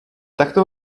takto